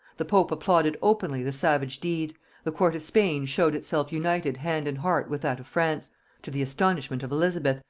the pope applauded openly the savage deed the court of spain showed itself united hand and heart with that of france to the astonishment of elizabeth,